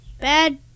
Bad